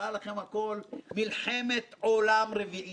היו ויכוחים לא פשוטים בתוך הצוות המקצועי,